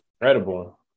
incredible